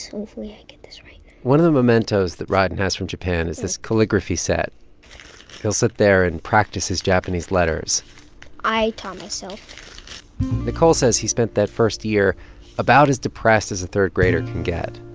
hopefully i get this right one of the mementos that ryan has from japan is this calligraphy he'll sit there and practice his japanese letters i taught myself nicole says he spent that first year about as depressed as a third-grader can get